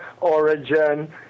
origin